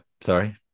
sorry